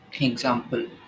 example